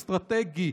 אסטרטגי,